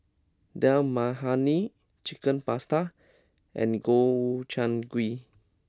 Dal Makhani Chicken Pasta and Gobchang gui